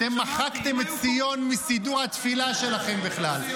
אתם מחקתם את ציון מסידור התפילה שלכם בכלל.